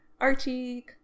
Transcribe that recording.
Archie